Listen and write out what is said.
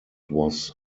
was